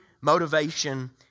motivation